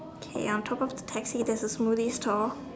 okay on top of the taxi there's a smoothie store